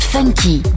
Funky